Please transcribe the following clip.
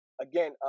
again